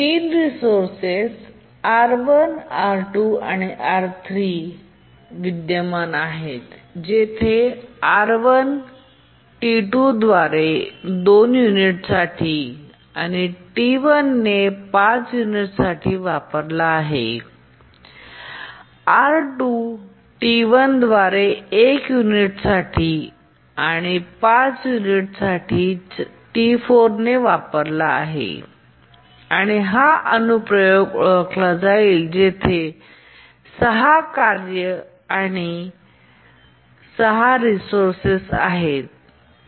3 resource R 1 R2 आणि R 3 विद्यमान आहेत जेथे R1 T2 द्वारे 2 युनिटसाठी आणि T1 ने 5 युनिट्ससाठी वापरला आहे R2 T1 द्वारे 1 युनिटसाठी आणि 5 युनिट T4 ने वापरला आहे आणि हा अनुप्रयोग ओळखला जाईल जेथे 6 कार्ये आणि 6 रिसोर्स आहे